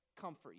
comfort